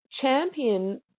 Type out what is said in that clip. champion